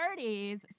1930s